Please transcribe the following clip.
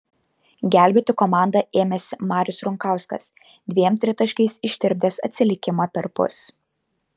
gelbėti komandą ėmėsi marius runkauskas dviem tritaškiais ištirpdęs atsilikimą perpus